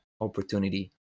opportunity